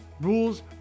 rules